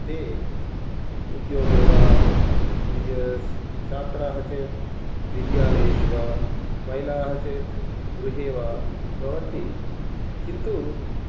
ते उद्योगे वा छात्राः चेत् विद्यालयेषु वा महिलाः चेत् गृहे वा भवन्ति किन्तु